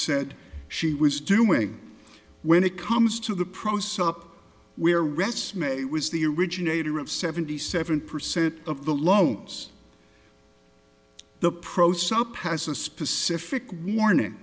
said she was doing when it comes to the process up where rests may was the originator of seventy seven percent of the loans the pro soap has a specific warning